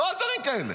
לא על דברים כאלה.